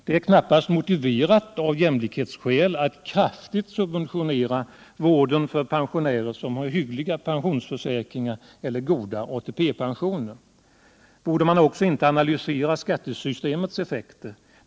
Det är knappast motiverat av jämlikhetsskäl att kraftigt subventionera vården för pensionärer som har hyggliga pensionsförsäkringar eller goda ATP-pensioner. Borde man inte också analysera skattesystemets effekter?